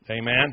Amen